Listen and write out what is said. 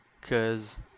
cause